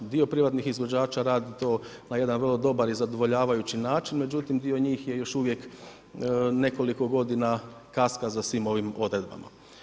Dio privatnih izvođača radi to na jedan vrlo dobar i zadovoljavajući način, međutim dio njih je još uvijek nekoliko godina kaska za svim ovim odredbama.